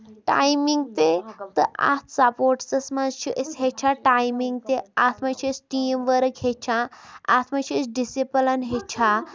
timing تہِ تہٕ اَتھ سَپوٹسس منٛز چھِ أسۍ ہیٚچھان ٹایمِنگ تہِ اَتھ منٛز چھِ أسۍ ٹیٖم ؤرٕک ہیٚچھان اَتھ منٛز چھِ أسۍ ڈِسِپِلنۍ ہیٚچھان